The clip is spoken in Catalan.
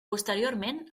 posteriorment